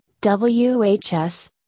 WHS